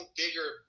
bigger